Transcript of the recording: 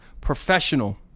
Professional